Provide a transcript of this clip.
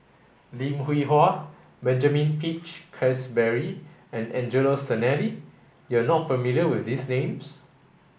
Lim Hwee Hua Benjamin Peach Keasberry and Angelo Sanelli you are not familiar with these names